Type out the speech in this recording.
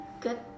good